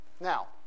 Now